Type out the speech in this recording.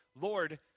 Lord